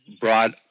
brought